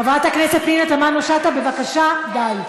חברת הכנסת פנינה תמנו-שטה, בבקשה, די.